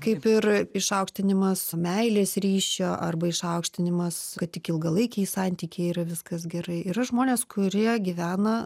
kaip ir išaukštinimas meilės ryšio arba išaukštinimas kad tik ilgalaikiai santykiai yra viskas gerai yra žmonės kurie gyvena